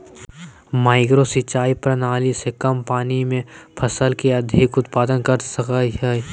micro सिंचाई प्रणाली से कम पानी में फसल के अधिक उत्पादन कर सकय हइ